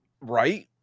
Right